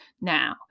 now